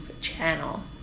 channel